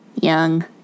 young